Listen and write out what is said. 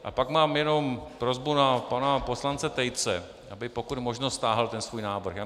A pak mám jenom prosbu na pana poslance Tejce, aby pokud možno stáhl ten svůj návrh.